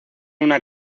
una